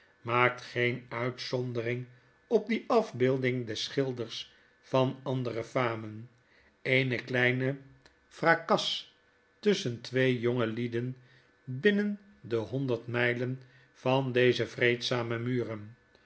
maakt geen uitzondering op die af beelding des schilders van andere famen eene kleine f r ac a s tusschen twee jongelieden binnen de honderd mylen van deze vreedzame muren